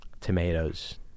tomatoes